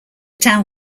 town